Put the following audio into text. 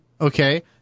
okay